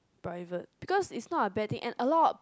private because it's not a bad thing and a lot